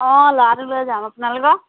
অঁ ল'ৰাটো লৈ যাম আপোনালোকৰ